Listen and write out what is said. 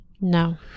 no